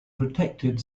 protected